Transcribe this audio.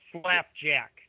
Slapjack